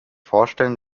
vorstellen